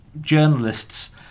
journalists